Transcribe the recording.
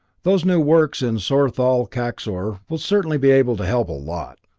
those new works in sorthol, kaxor, will certainly be able to help a lot.